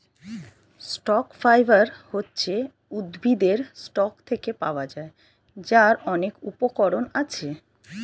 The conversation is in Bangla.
স্টক ফাইবার হচ্ছে উদ্ভিদের স্টক থেকে পাওয়া যায়, যার অনেক উপকরণ আছে